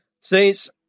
Saints